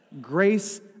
Grace